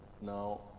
Now